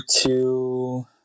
two